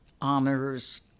honors